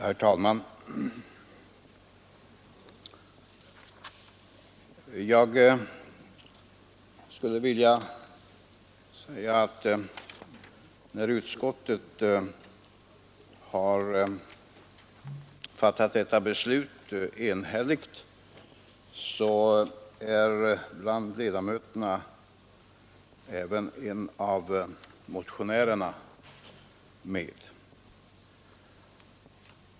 Herr talman! Bland de ledamöter som fattade detta enhälliga beslut i 37 utskottet befann sig också en av motionärerna.